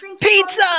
Pizza